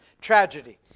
Tragedy